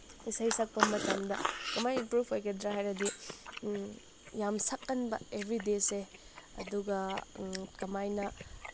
ꯏꯁꯩ ꯁꯛꯄ ꯃꯇꯝꯗ ꯀꯃꯥꯏꯅ ꯏꯝꯄ꯭ꯔꯨꯐ ꯑꯣꯏꯒꯗ꯭ꯔꯥ ꯍꯥꯏꯔꯗꯤ ꯌꯥꯝ ꯁꯛꯀꯟꯕ ꯑꯦꯚ꯭ꯔꯤꯗꯦꯁꯦ ꯑꯗꯨꯒ ꯀꯃꯥꯏꯅ